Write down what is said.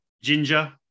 Ginger